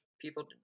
people